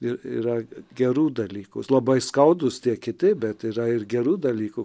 ir yra gerų dalykų labai skaudūs tie kiti bet yra ir gerų dalykų